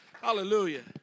Hallelujah